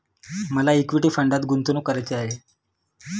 मला इक्विटी फंडात गुंतवणूक करायची आहे